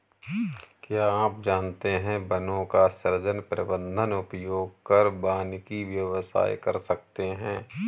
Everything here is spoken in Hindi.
क्या आप जानते है वनों का सृजन, प्रबन्धन, उपयोग कर वानिकी व्यवसाय कर सकते है?